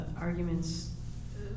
arguments